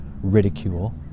ridicule